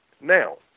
Now